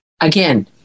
again